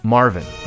Marvin